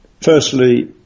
Firstly